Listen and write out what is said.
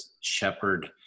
shepherd